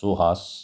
Suhas